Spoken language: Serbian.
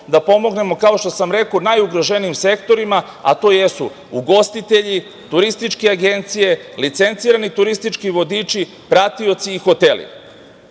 da pomognemo, kao što sam rekao najugroženijim sektorima, a to jesu ugostitelji, turističke agencije, licencirani turistički vodiči, pratioci i hoteli.U